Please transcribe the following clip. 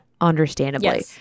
understandably